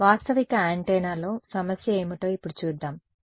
వాస్తవిక యాంటెన్నాలో సమస్య ఏమిటో ఇప్పుడు చూద్దాం సరే